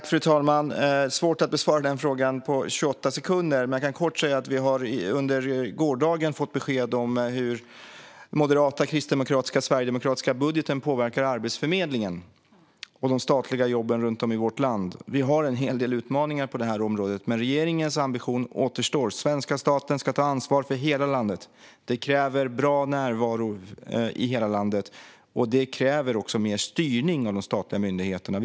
Fru talman! Det är svårt att besvara den frågan på 28 sekunder. Man kan kort säga att vi under gårdagen har fått besked om hur den moderata, kristdemokratiska och sverigedemokratiska budgeten påverkar Arbetsförmedlingen och de statliga jobben runt om i vårt land. Vi har en hel del utmaningar på det här området, men regeringens ambition kvarstår: Svenska staten ska ta ansvar för hela landet. Det kräver bra närvaro i hela landet. Det kräver också mer styrning av de statliga myndigheterna.